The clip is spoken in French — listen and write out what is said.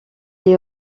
est